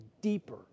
deeper